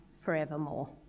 forevermore